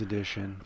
Edition